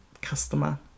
customer